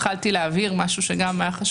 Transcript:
התחלתי להבהיר עוד משהו חשוב,